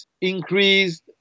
increased